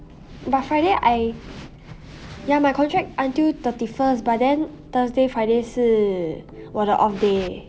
but friday I ya my contract until thirty first but then thursday friday 是我的 off day